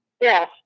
Yes